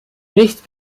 nicht